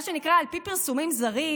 מה שנקרא "על פי פרסומים זרים",